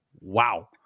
Wow